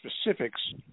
specifics